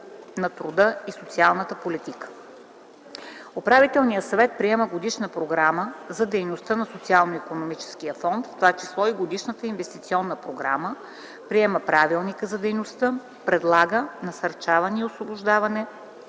на труда и социалната политика. Управителният съвет приема годишната програма за дейността на Социалноинвестиционния фонд, в това число и годишната инвестиционна програма; приема правилник за дейността си; предлага за назначаване и освобождаване